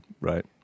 Right